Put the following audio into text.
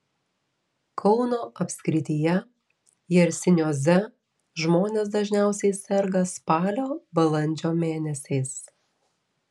kauno apskrityje jersinioze žmonės dažniausiai serga spalio balandžio mėnesiais